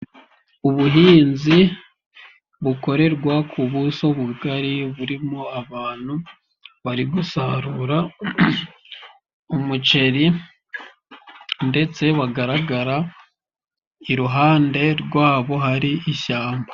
Ubuhinzi bukorerwa ku buso bugari burimo abantu bari gusarura umuceri ndetse bagaragara iruhande rwabo hari ishyamba.